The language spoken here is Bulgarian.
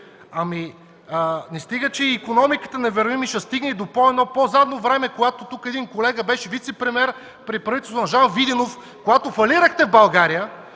Не стига че и икономиката не върви, ами ще стигне до едно по-задно време, когато тук един колега беше вицепремиер при правителството на Жан Виденов, когато фалирахте България!